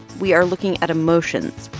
we are looking at emotions.